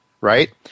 right